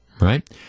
right